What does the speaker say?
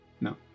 no